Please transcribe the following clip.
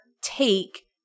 take